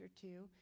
two